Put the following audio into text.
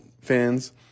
fans